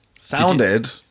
sounded